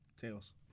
Tails